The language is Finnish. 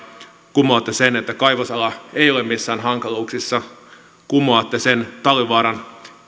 kumoatte sen että kaivosala ei ole missään hankaluuksissa kumoatte sen talvivaaran